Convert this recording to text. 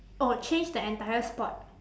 oh change the entire sport